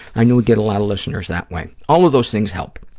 i know we get a lot of listeners that way. all of those things help,